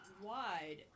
wide